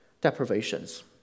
deprivations